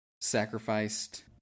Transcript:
sacrificed